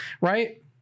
right